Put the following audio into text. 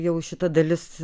jau šita dalis